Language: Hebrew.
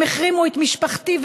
הם החרימו את משפחתי,